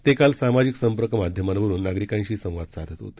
ते काल सामाजिक संपर्क माध्यमांवरून नागरिकांशी संवाद साधत होते